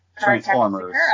Transformers